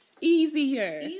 Easier